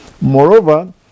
Moreover